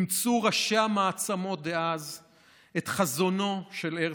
אימצו ראשי המעצמות דאז את חזונו של הרצל.